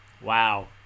Wow